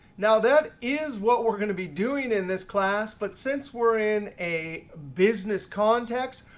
now, that is what we're going to be doing in this class. but since we're in a business context,